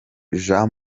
jean